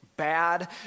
bad